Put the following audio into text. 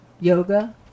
yoga